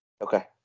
Okay